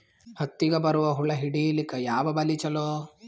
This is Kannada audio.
ಹತ್ತಿಗ ಬರುವ ಹುಳ ಹಿಡೀಲಿಕ ಯಾವ ಬಲಿ ಚಲೋ?